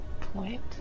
point